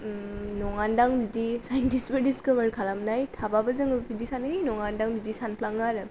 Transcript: नङानोदां बिदि साइन्टिस्टफोर डिसक'भार खालामनाय थाबाबो जोङो बिदि सानो ओइ नङा दां बिदि सानफ्लाङो आरो